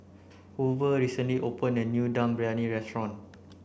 Hoover recently opened a new Dum Briyani restaurant